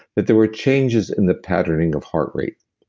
that there were changes in the patterning of heart rate.